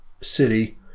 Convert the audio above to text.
city